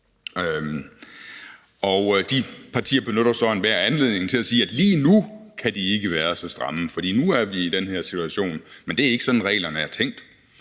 De partier benytter så enhver anledning til at sige, at lige nu kan de ikke være så stramme, for nu er vi i den her situation. Men det er ikke sådan, reglerne er tænkt,